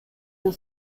los